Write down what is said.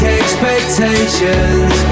expectations